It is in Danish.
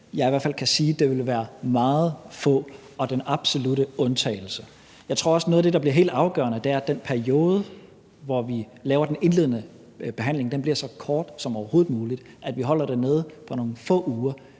meget få, og at det vil være den absolutte undtagelse. Jeg tror også, at noget af det, der bliver helt afgørende, er, at den periode, hvor vi laver den indledende behandling, bliver så kort som overhovedet muligt, at vi holder det nede på nogle få uger,